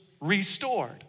restored